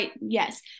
Yes